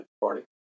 Party